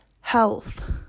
health